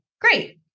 Great